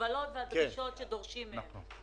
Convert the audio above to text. מהמגבלות והדרישות שדורשים מהם.